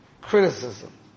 Criticism